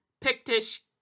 Pictish